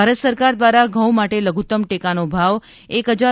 ભારત સરકાર દ્વારા ઘઉં માટે લધુત્તમ ટેકાનો ભાવ રૂા